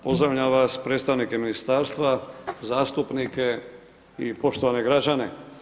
Pozdravljam vas, predstavnike ministarstva, zastupnike i poštovane građane.